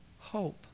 hope